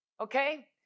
okay